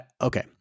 okay